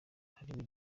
harimo